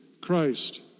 Christ